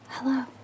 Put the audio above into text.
Hello